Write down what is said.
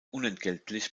unentgeltlich